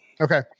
okay